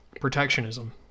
protectionism